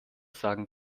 sagen